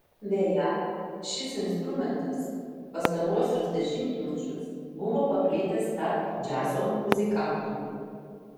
beje šis instrumentas pastaruosius dešimtmečius buvo paplitęs tarp džiazo muzikantų